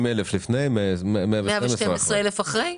50,000 לפני, 112,000 אחרי.